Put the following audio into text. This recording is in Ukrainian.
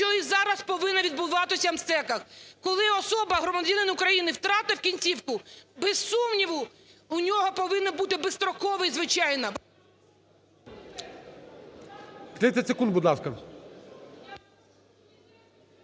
що і зараз повинно відбуватися в МСЕКах. Коли особа, громадянин України, втратив кінцівку, без сумніву, у нього повинен бути безстроковий, звичайно...